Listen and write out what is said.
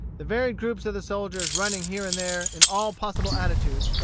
the varied groups of the soldiers, running here and there, in all possible attitudes,